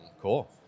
Cool